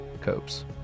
Copes